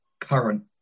current